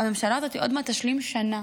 הממשלה הזאת עוד מעט תשלים שנה